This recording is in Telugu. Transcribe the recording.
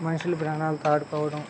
మనుషుల ప్రాణాలతో ఆడుపోవడం